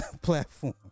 platform